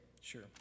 Sure